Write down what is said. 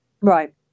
right